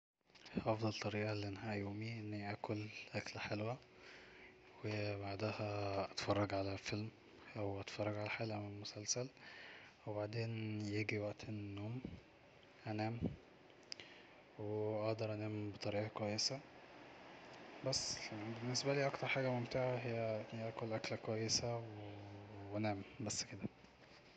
افضل طريقة لإنهاء يومي اني اكل أكلة حلوة وبعدها اتفرج على فيلم او اتفرج على حلقة من مسلسل وبعدها ييجي وقت النوم انام واقدر انام بطريقة كويسة بس ف هي بالنسبالي اكتر حاجة ممتعة هي اكل أكلة كويسة وانام بس كده